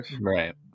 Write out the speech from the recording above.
Right